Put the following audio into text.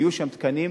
יהיו שם תקנים,